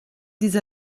diese